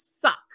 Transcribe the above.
suck